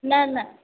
न न